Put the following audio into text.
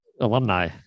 alumni